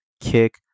kick